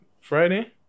friday